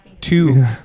two